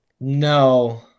No